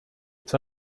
its